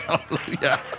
Hallelujah